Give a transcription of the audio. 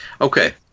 okay